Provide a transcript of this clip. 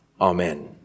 Amen